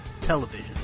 television